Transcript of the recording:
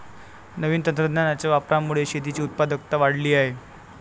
नवीन तंत्रज्ञानाच्या वापरामुळे शेतीची उत्पादकता वाढली आहे